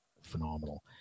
phenomenal